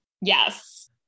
Yes